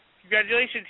Congratulations